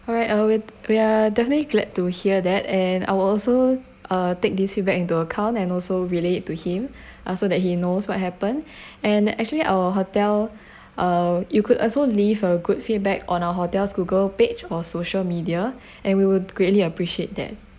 alright we are we are definitely glad to hear that and I will also uh take this feedback into account and also relate to him so that he knows what happen and actually our hotel uh you could also leave a good feedback on our hotels google page or social media and we would greatly appreciate that